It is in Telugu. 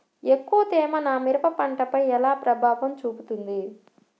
ఎక్కువ తేమ నా మిరప పంటపై ఎలా ప్రభావం చూపుతుంది?